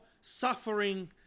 suffering